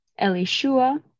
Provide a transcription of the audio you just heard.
Elishua